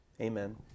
Amen